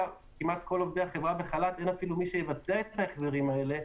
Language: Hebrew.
כמעט כל עובדי החברה בחל"ת - אין מי שיבצע את ההחזרים האלה.